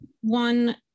one